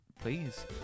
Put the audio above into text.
Please